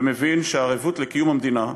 הוא מבין שהערבות לקיום המדינה,